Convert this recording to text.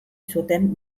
zuten